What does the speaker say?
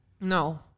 no